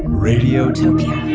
radiotopia